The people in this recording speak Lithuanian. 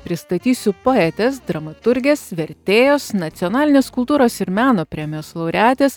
pristatysiu poetės dramaturgės vertėjos nacionalinės kultūros ir meno premijos laureatės